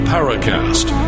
Paracast